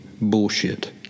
Bullshit